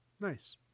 Nice